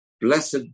blessed